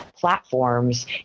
platforms